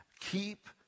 keep